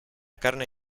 carne